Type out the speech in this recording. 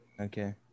Okay